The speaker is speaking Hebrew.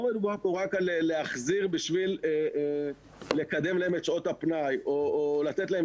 לא מדובר כאן רק על החזרה כדי לקדם את שעות הפנאי או לתת להם